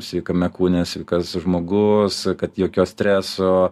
sveikame kūne sveikas žmogus kad jokio streso